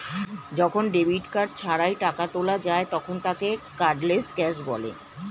যখন debit card ছাড়াই টাকা তোলা যায় তখন তাকে কার্ডলেস ক্যাশ বলে